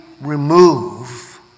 remove